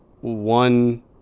one